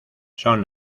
son